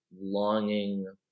longing